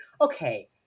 Okay